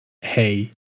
hey